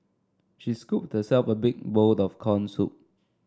she scooped herself a big bowl of corn soup